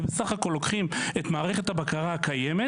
בסך הכול לוקחים את מערכת הבקרה הקיימת